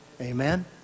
Amen